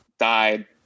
died